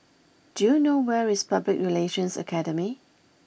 do you know where is Public Relations Academy